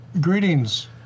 greetings